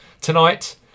tonight